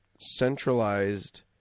centralized